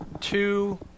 two